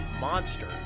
monster